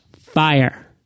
fire